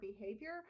behavior